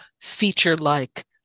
feature-like